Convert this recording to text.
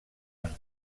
amb